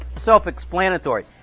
self-explanatory